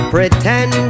Pretend